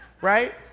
right